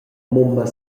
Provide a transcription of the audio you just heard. mumma